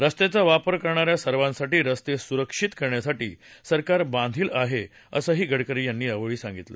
रस्त्याच्या वापर करणा या सर्वांसाठी रस्ते सुरक्षित करण्यासाठी सरकार बांधील आहे असं गडकरी यांनी सांगितलं